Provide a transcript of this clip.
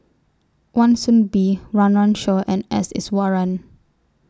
Wan Soon Bee Run Run Shaw and S Iswaran